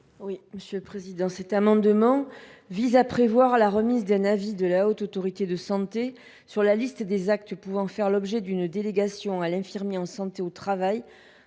Mme Monique Lubin. Cet amendement vise à prévoir la remise d’un avis de la Haute Autorité de santé sur la liste des actes pouvant faire l’objet d’une délégation à l’infirmier en santé au travail